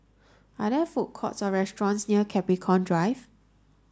are there food courts or restaurants near Capricorn Drive